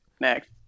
next